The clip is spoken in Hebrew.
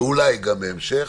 ואולי גם בהמשך,